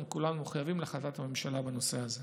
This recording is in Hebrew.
אנחנו כולנו מחויבים להחלטת הממשלה בנושא הזה.